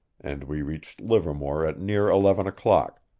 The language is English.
and we reached livermore at near eleven o'clock,